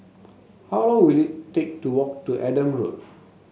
how long will it take to walk to Adam Road